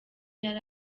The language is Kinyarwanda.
yari